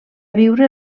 viure